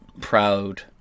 proud